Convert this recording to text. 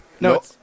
No